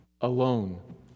alone